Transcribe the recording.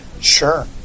Sure